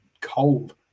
cold